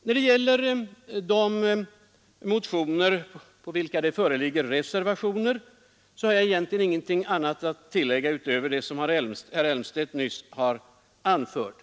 När det gäller de motioner på vilka det föreligger reservationer, har jag egentligen ingenting att tillägga utöver vad herr Elmstedt nyss har anfört.